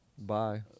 bye